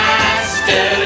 Master